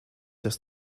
dass